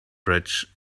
bridge